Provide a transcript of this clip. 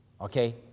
Okay